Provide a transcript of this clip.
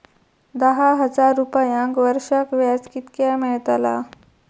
दहा हजार रुपयांक वर्षाक व्याज कितक्या मेलताला?